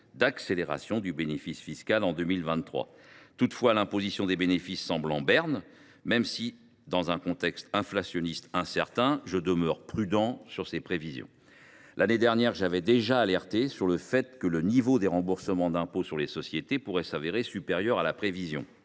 d’accélération du bénéfice fiscal en 2023. L’imposition des bénéfices semble en berne, même si, dans un contexte inflationniste incertain, il convient d’être prudent sur ces prévisions. L’année dernière, j’avais déjà alerté sur le fait que le niveau des remboursements d’impôt sur les sociétés pourrait s’avérer supérieur à la prévision.